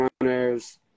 runners